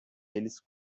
eles